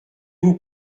vous